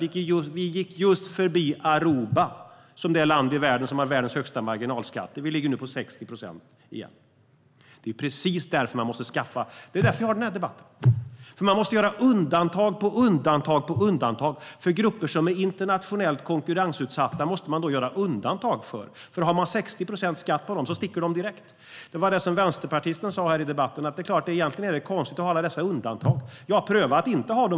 Vi gick just förbi Aruba som det land i världen som har världens högsta marginalskatter. Vi ligger nu på 60 procent igen. Det är därför vi har den här debatten, för man måste göra undantag. För grupper som är internationellt konkurrensutsatta måste man göra undantag på undantag, för har man 60 procent skatt på dem sticker de direkt. Det var det som vänsterpartisten sa i debatten: Egentligen är det konstigt att ha alla dessa undantag. Ja, pröva att inte ha dem!